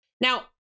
Now